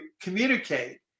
communicate